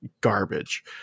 Garbage